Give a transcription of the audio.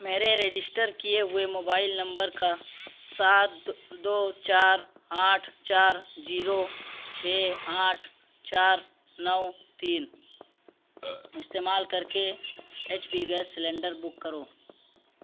میرے رجسٹر کیے ہوئے موبائل نمبر کا سات دو چار آٹھ چار زیرو چھ آٹھ چار نو تین استعمال کر کے H P gas cylinder book کرو